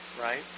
right